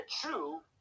true